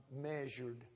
measured